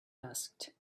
asked